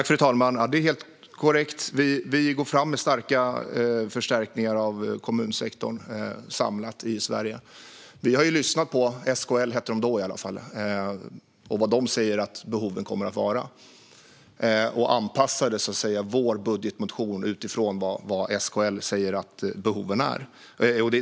Fru talman! Det är helt korrekt: Vi går fram med starka förstärkningar av kommunsektorn samlat i Sverige. Vi har lyssnat på SKL, som organisationen i alla fall hette då, och vad de säger att behoven kommer att vara. Vi anpassade vår budgetmotion efter vad SKL säger att behoven är.